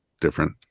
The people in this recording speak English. different